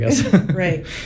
Right